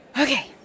Okay